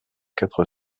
quatre